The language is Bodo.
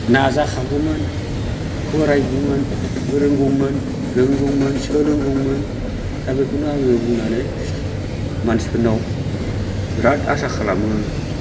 नाजाखागौमोन फरायगौमोन फोरोंगौमोन रोंगौमोन सोलोंगौमोन दा बेखौनो आङो बुंनानै मानसिफोरनाव बिराद आसा खालामो आङो